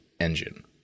engine